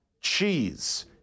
cheese